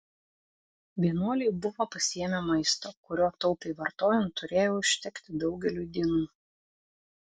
vienuoliai buvo pasiėmę maisto kurio taupiai vartojant turėjo užtekti daugeliui dienų